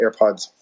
AirPods